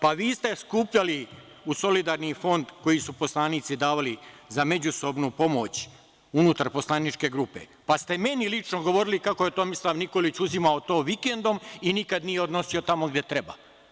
Pa vi ste skupljali u solidarni fond koji su poslanici davali za međusobnu pomoć unutar poslaničke grupe, pa ste meni lično govorili kako je Tomislav Nikolić uzimao to vikendom i nikad nije odnosio tamo gde treba.